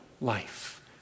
life